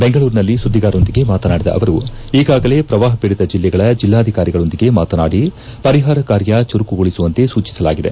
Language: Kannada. ಬೆಂಗಳೂರಿನಲ್ಲಿ ಸುದ್ದಿಗಾರರೊಂದಿಗೆ ಮಾತನಾಡಿದ ಅವರು ಈಗಾಗಲೇ ಪ್ರವಾಹ ಪೀಡಿತ ಜಲ್ಲಿಗಳ ಜಲ್ಲಾಧಿಕಾರಿಗಳೊಂದಿಗೆ ಮಾತನಾಡಿ ಪರಿಹಾರ ಕಾರ್ಯ ಚುರುಕುಗೊಳಿಸುವಂತೆ ಸೂಚಿಸಲಾಗಿದೆ